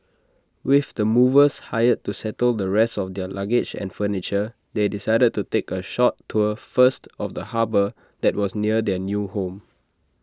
with the movers hired to settle the rest of their luggage and furniture they decided to take A short tour first of the harbour that was near their new home